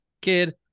kid